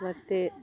ಮತ್ತೆ